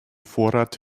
vorrat